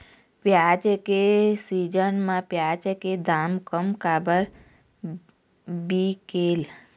प्याज के सीजन म प्याज के दाम कम काबर बिकेल?